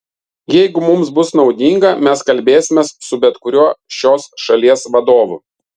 jeigu mums bus naudinga mes kalbėsimės su bet kuriuo šios šalies vadovu